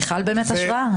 מיכל באמת השראה.